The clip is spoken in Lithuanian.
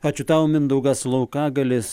ačiū tau mindaugas laukagalis